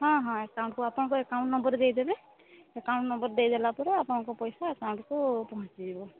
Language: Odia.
ହଁ ହଁ ଏକାଉଣ୍ଟ୍କୁ ଆପଣଙ୍କ ଏକାଉଣ୍ଟ୍ ନମ୍ବର୍ ଦେଇ ଦେବେ ଏକାଉଣ୍ଟ୍ ନମ୍ବର୍ ଦେଇ ଦେଲା ପରେ ଆପଣଙ୍କ ପଇସା ଏକାଉଣ୍ଟ୍କୁ ପହଞ୍ଚିଯିବ